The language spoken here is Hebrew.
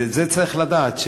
ואת זה צריך לדעת,